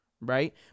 right